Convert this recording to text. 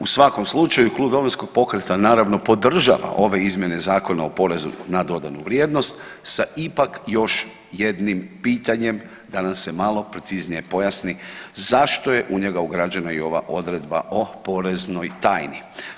U svakom slučaju klub Domovinskog pokreta naravno podržava ove izmjene Zakona o porezu na dodanu vrijednost sa ipak još jednim pitanjem da nam se malo preciznije pojasni zašto je u njega ugrađena i ova odredba o poreznoj tajni.